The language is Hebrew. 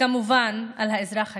וכמובן על האזרח הקטן.